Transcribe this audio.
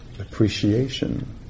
appreciation